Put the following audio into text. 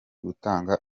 gutanga